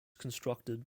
constructed